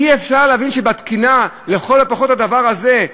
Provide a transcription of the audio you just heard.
אי-אפשר להבין שתקינה, לכל הפחות בדבר הזה,